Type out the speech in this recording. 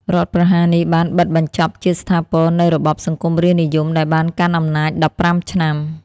រដ្ឋប្រហារនេះបានបិទបញ្ចប់ជាស្ថាពរនូវរបបសង្គមរាស្រ្តនិយមដែលបានកាន់អំណាច ១៥ ឆ្នាំ។